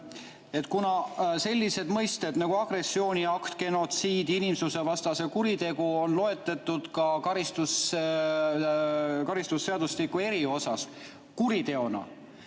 et sellised mõisted nagu "agressiooniakt", "genotsiid", "inimsusevastane kuritegu" on loetletud ka karistusseadustiku eriosas kuriteona.